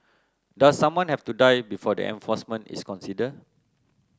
does someone have to die before the enforcement is considered